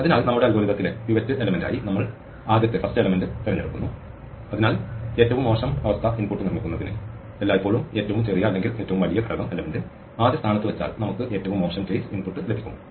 അതിനാൽ നമ്മുടെ അൽഗോരിതത്തിലെ പിവറ്റ് ഘടകമായി നമ്മൾ ആദ്യത്തെ ഘടകം തിരഞ്ഞെടുക്കുന്നു അതിനാൽ ഏറ്റവും മോശം അവസ്ഥ ഇൻപുട്ട് നിർമ്മിക്കുന്നതിന് എല്ലായ്പ്പോഴും ഏറ്റവും ചെറിയ അല്ലെങ്കിൽ വലിയ ഘടകം ആദ്യ സ്ഥാനത്ത് വച്ചാൽ നമുക്ക് ഏറ്റവും മോശം കേസ് ഇൻപുട്ട് ലഭിക്കും